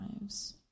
lives